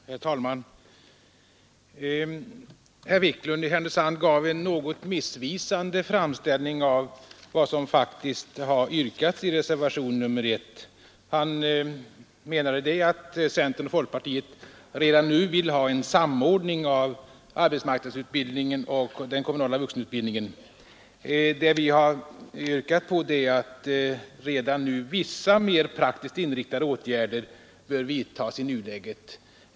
Herr talman! Herr Wiklund i Härnösand gav en något missvisande framställning av vad som faktiskt har yrkats i reservationen A 1. Han menade att centern och folkpartiet redan nu vill ha en samordning av arbetsmarknadsutbildningen och den kommunala vuxenutbildningen. Det vi har yrkat på är att vissa mer praktiskt inriktade åtgärder bör vidtas redan i nuläget.